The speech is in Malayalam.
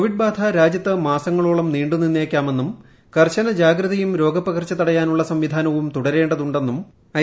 കോവിഡ് ബാധ രാജ്യത്ത് മാസങ്ങളോളം നീണ്ടു നിന്നേക്കാമെന്നും കർശന ജാഗ്രതയും രോഗപകർച്ച തടയാനുള്ള സംവിധാനവും തുടരേണ്ടതുണ്ടെന്നും ഐ